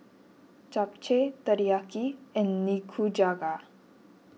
Japchae Teriyaki and Nikujaga